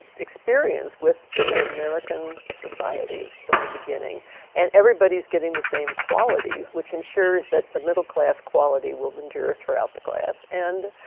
experience with an american society from the beginning and everybody's getting the same quality, which ensures that the middle class quality will endure throughout the class and